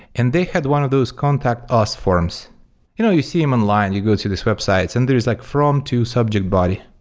and they had one of those contact us forms. when you know you see them online, you go to these website and there's like from, to subject body.